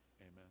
Amen